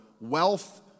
Wealth